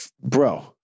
bro